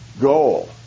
Goal